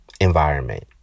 environment